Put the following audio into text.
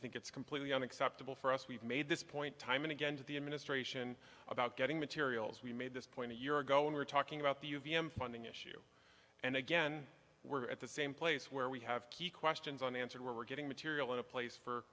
unacceptable it's completely unacceptable for us we've made this point time and again to the administration about getting materials we made this point a year ago when we're talking about the v m funding issue and again we're at the same place where we have key questions unanswered where we're getting material in a place for